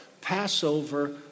Passover